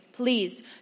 Please